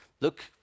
Look